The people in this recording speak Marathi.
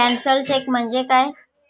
कॅन्सल्ड चेक म्हणजे काय?